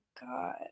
God